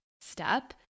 step